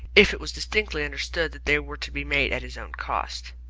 if it was distinctly understood that they were to be made at his own cost.